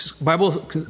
bible